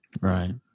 Right